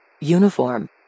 Uniform